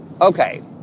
Okay